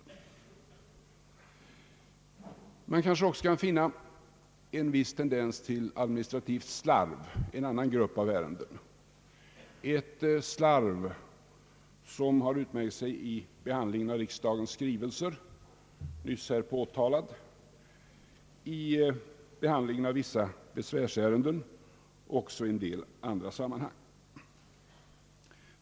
Man kan kanske också finna en viss tendens till administrativt slarv i en annan grupp av ärenden — ett slarv, som förekommit vid behandlingen av riksdagens skrivelser, av vissa besvärsärenden och även i andra sammanhang. Detta har också nyss här påtalats.